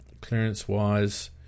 clearance-wise